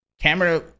Camera